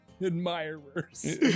admirers